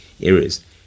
areas